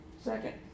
Second